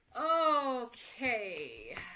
Okay